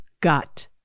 gut